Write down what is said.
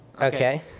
Okay